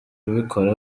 ubikora